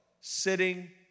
sitting